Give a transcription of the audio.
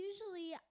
usually